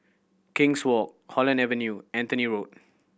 King's Walk Holland Avenue Anthony Road